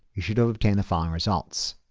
you should ah obtain the following results.